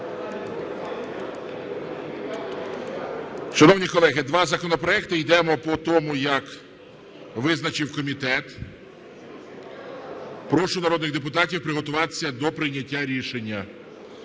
Шановні колеги, два законопроекти. Йдемо по тому, як визначив комітет. Прошу народних депутатів приготуватися до прийняття рішення.